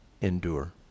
endure